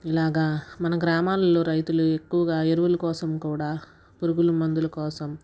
ఇలాగా మన గ్రామాల్లో రైతులు ఎక్కువుగా ఎరువులు కోసం కూడా పురుగులు మందుల కోసం